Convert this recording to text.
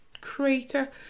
creator